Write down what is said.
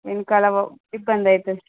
వెనకాల పో ఇబ్బంది అవుతుంది